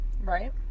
Right